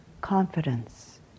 confidence